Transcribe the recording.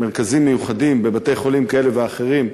מרכזים מיוחדים בבתי-חולים כאלה ואחרים,